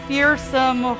fearsome